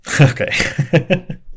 okay